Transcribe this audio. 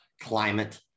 climate